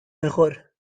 mejor